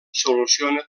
soluciona